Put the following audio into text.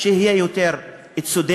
שהוא יהיה יותר צודק,